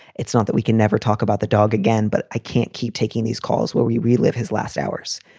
it's not that we can never talk about the dog again, but i can't keep taking these calls where we relive his last hours.